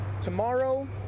Tomorrow